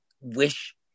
wish